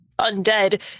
undead